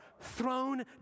thrown